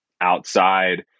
outside